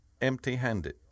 empty-handed